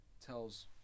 tells